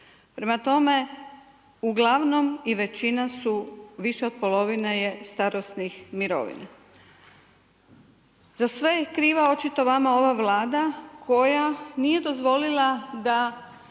Prema tome uglavnom i većina su više od polovine je starosnih mirovina. Za sve je kriva očito vama ova Vlada, koja nije dozvolila da